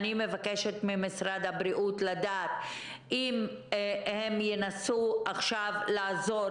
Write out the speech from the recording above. אני מבקשת ממשרד הבריאות לדעת אם הם ינסו עכשיו לעזור